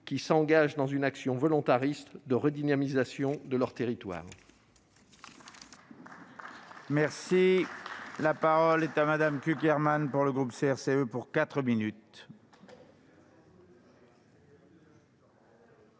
qui s'engagent dans une action volontariste de redynamisation de leurs territoires.